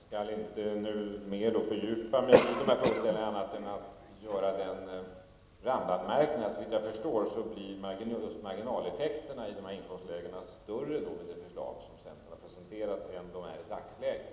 Fru talman! Jag skall inte mera fördjupa mig i denna frågeställning, annat än att jag vill göra en randanmärkning. Såvitt jag förstår blir marginaleffekterna för dessa inkomstlägen större med det förslag som centern har presenterat än vad de är i dagsläget.